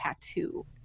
tattoo